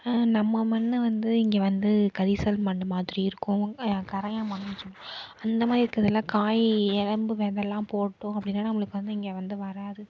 நம்ம மண்ணை வந்து இங்கே வந்து கரிசல் மண் மாதிரி இருக்கும் கரையான் மண்ணுன்னு சொல் அந்த மாதிரி இருக்கிறது எல்லாம் காய் எலம்பு விதலாம் போட்டோம் அப்படின்னா நம்மளுக்கு வந்து இங்கே வந்து வராது